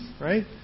right